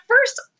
first